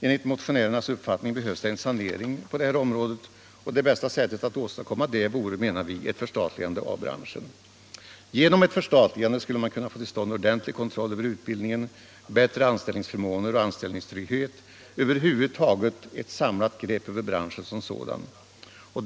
Enligt motionärernas uppfattning behövs det en sanering på det här området och det bästa sättet att åstadkomma detta vore, menar vi, ett förstatligande av branschen. Genom ett förstatligande skulle man kunna få till stånd ordentlig kontroll över utbildningen, bättre anställningsförmåner och anställningstrygghet — över huvud taget ett samlat grepp över branschen som sådan.